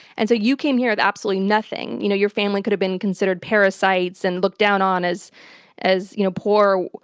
and so you came here with absolutely nothing. you know your family could have been considered parasites and looked down on as as you know poor,